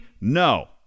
no